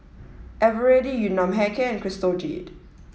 Eveready Yun Nam Hair Care and Crystal Jade